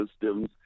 systems